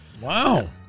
Wow